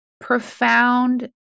profound